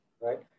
right